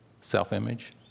self-image